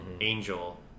Angel